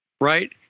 Right